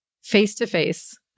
face-to-face